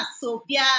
Sophia